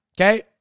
okay